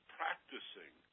practicing